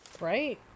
Right